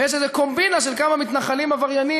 ויש איזה קומבינה של כמה מתנחלים עבריינים